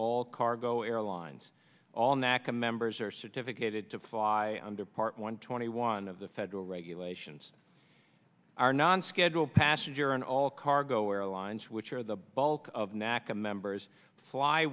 all cargo airlines all natca members or certificate to fly under part one twenty one of the federal regulations are non scheduled passenger and all cargo airlines which are the bulk of natca members fly